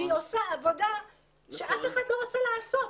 כשהיא עושה עבודה שאף אחד לא רוצה לעשות?